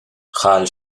chaill